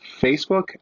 Facebook